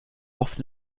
oft